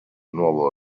nuovo